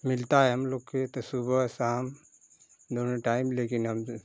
मिलता है हम लोग के तो सुबह शाम दोनों टाइम लेकिन हम से